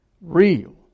Real